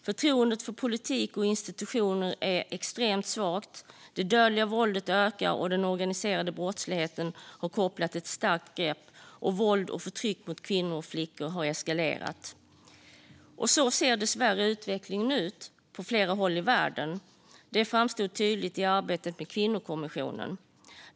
Förtroendet för politik och institutioner är extremt svagt, det dödliga våldet ökar, den organiserade brottsligheten har kopplat ett starkt grepp och våld och förtryck mot kvinnor och flickor har eskalerat. Så ser dessvärre utvecklingen ut på flera håll i världen. Det framstod tydligt i arbetet med Kvinnokommissionen.